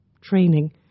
training